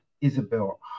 Isabel